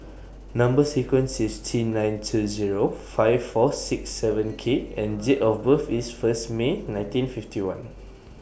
Number sequence IS T nine two Zero five four six seven K and Date of birth IS First May nineteen fifty one